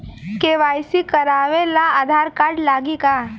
KYC करावे ला Aadhaar card लागी का?